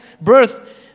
birth